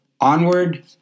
Onward